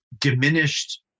diminished